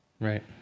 right